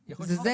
זה?